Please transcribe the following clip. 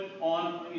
on